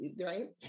right